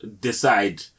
decide